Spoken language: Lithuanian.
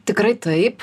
tikrai taip